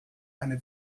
eine